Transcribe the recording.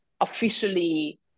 officially